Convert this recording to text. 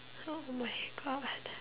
oh-my-God